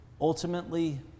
ultimately